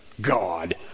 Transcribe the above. god